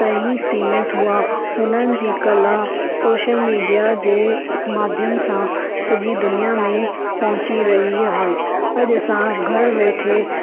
ताईं सिमित हुआ हुननि जी कला सोशल मीडिया जे माध्यम सां सॼी दुनिया में पहुची रही आहे अॼु असां घरि वेठे